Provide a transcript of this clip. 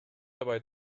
dabei